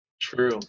True